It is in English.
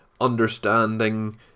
understanding